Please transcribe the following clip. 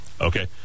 Okay